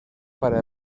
para